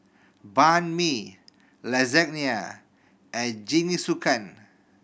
Banh Mi Lasagne and Jingisukan